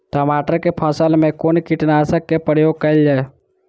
टमाटर केँ फसल मे कुन कीटनासक केँ प्रयोग कैल जाय?